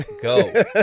go